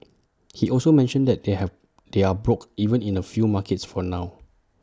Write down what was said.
he also mentioned that they have they are broke even in A few markets for now